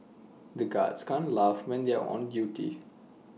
the guards can't laugh when they are on duty